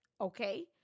okay